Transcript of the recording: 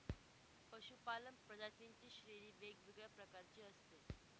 पशूपालन प्रजातींची श्रेणी वेगवेगळ्या प्रकारची असते